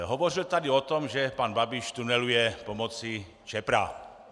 Hovořil tady o tom, že pan Babiš tuneluje pomocí Čepra.